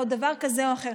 או דבר כזה או אחר.